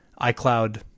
iCloud